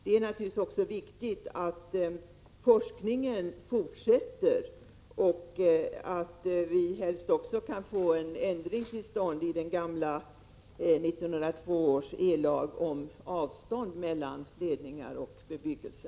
Det är naturligtvis viktigt att forskningen fortsätter och att vi kan få en ändring i 1902 års ellag om avstånd mellan ledningar och bebyggelse.